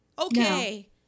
okay